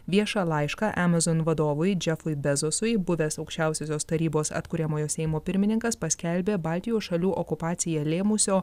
viešą laišką amazon vadovui džefui bezosui buvęs aukščiausiosios tarybos atkuriamojo seimo pirmininkas paskelbė baltijos šalių okupaciją lėmusio